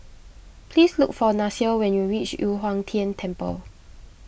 please look for Nasir when you reach Yu Huang Tian Temple